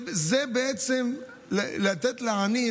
זה בעצם לתת לעני,